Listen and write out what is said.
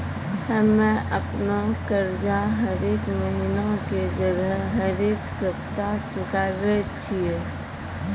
हम्मे अपनो कर्जा हरेक महिना के जगह हरेक सप्ताह चुकाबै छियै